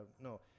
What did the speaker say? No